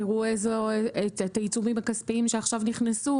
תראו את העיצומים הכספיים שעכשיו נכנסו,